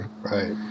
Right